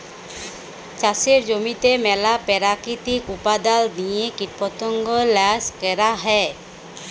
চাষের জমিতে ম্যালা পেরাকিতিক উপাদাল দিঁয়ে কীটপতঙ্গ ল্যাশ ক্যরা হ্যয়